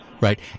right